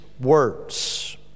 words